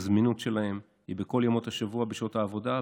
הזמינות שלהם היא בכל ימות השבוע בשעות העבודה,